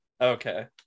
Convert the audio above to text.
Okay